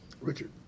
Richard